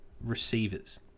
receivers